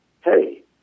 hey